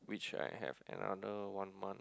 which I have another one month